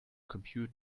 compute